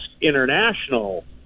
international